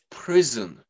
prison